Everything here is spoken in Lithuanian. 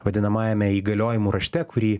vadinamajame įgaliojimų rašte kurį